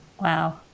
Wow